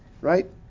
right